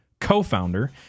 co-founder